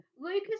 Lucas